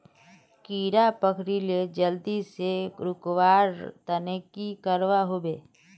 कीड़ा पकरिले जल्दी से रुकवा र तने की करवा होबे?